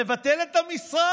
נבטל את המשרה.